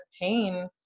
pain